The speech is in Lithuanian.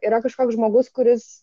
yra kažkoks žmogus kuris